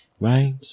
right